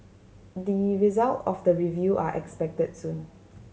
the result of the review are expected soon